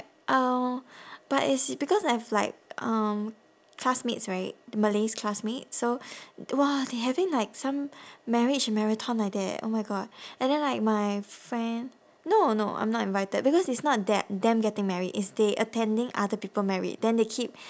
uh but it's because I have like um classmates right the malays classmate so !wah! they having like some marriage marathon like that oh my god and then like my friend no no I'm not invited because it's not that them getting married it's they attending other people married then they keep